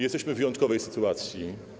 Jesteśmy w wyjątkowej sytuacji.